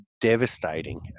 devastating